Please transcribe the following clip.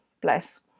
Bless